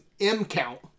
m-count